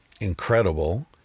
incredible